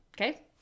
okay